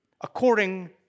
according